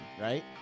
right